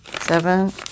seven